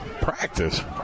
Practice